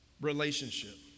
relationship